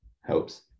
Helps